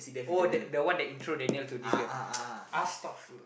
oh that the one that intro Daniel to this girl Astaghfir~